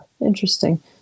Interesting